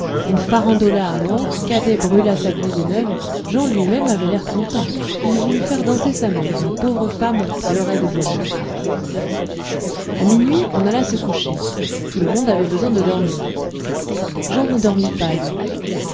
on farandola à mort cadet brûla sa blouse neuve jan lui-même avait l'air content il voulut faire danser sa mère la pauvre femme en pleurait de bonheur à minuit on alla se coucher tout le monde avait besoin de dormir jan ne dormit pas lui